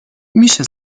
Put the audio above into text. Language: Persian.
میشه